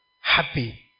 Happy